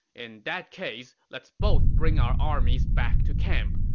in that case, let's both bring our armies back to camp.